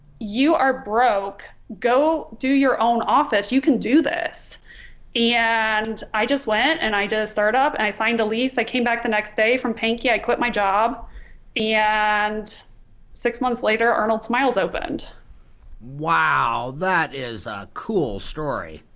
you are broke go do your own office, you can do this and i just went and i did startup and i signed a lease i came back the next day from panky i quit my job yeah and six months later arnold smiles opened. howard wow that is a cool story